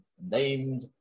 named